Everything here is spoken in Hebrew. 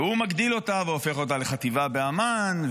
והוא מגדיל אותה והופך אותה לחטיבה באמ"ן,